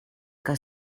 que